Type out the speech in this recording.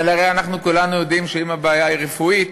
אבל הרי כולנו יודעים שאם הבעיה היא רפואית,